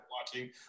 Watching